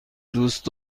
دوست